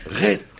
red